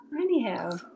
Anyhow